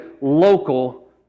local